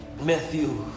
Matthew